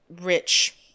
rich